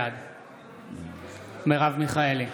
בעד מרב מיכאלי,